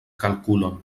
kalkulon